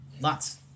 Lots